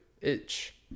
Itch